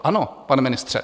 Ano, pane ministře.